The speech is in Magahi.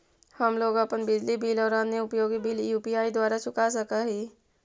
हम लोग अपन बिजली बिल और अन्य उपयोगि बिल यू.पी.आई द्वारा चुका सक ही